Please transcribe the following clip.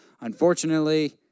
Unfortunately